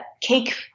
cake